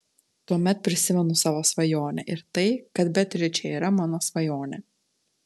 tuomet prisimenu savo svajonę ir tai kad beatričė yra mano svajonė